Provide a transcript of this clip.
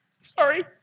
Sorry